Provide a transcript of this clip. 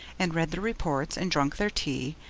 and read their reports, and drunk their tea,